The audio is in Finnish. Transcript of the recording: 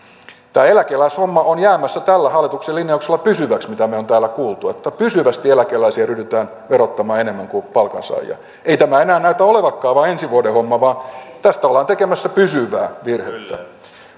tämä eläkeläishomma on jäämässä tällä hallituksen linjauksella pysyväksi mitä me me olemme täällä kuulleet että pysyvästi eläkeläisiä ryhdytään verottamaan enemmän kuin palkansaajia ei tämä enää näytä olevankaan vain ensi vuoden homma vaan tästä ollaan tekemässä pysyvää virhettä